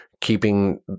keeping